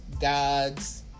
God's